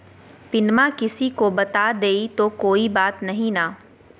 पिनमा किसी को बता देई तो कोइ बात नहि ना?